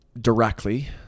directly